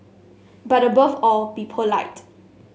but above all be polite